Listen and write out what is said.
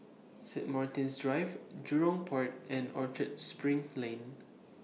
Saint Martin's Drive Jurong Port and Orchard SPRING Lane